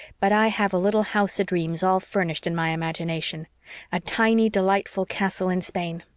but i have a little house o'dreams all furnished in my imagination a tiny, delightful castle in spain.